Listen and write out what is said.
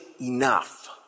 Enough